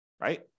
right